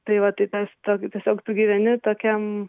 tai va tai tas tok tiesiog tu gyveni tokiam